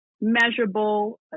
measurable